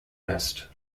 rest